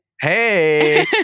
Hey